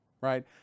Right